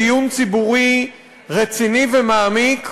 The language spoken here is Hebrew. דיון ציבורי רציני ומעמיק,